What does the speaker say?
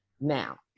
Now